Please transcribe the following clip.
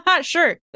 Sure